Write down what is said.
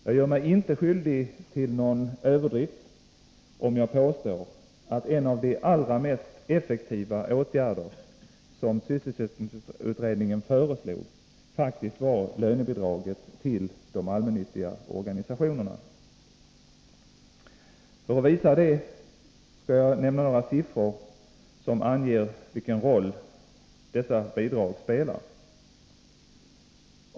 Jag gör mig inte skyldig till någon överdrift om jag påstår att en av de allra mest effektiva åtgärder som sysselsättningsutredningen föreslog faktiskt var lönebidraget till de allmännyttiga organisationerna. För att visa vilken roll dessa bidrag spelar skall jag nämna några siffror.